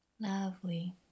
Lovely